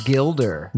Gilder